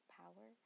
power